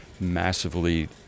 massively